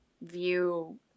view